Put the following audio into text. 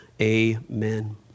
amen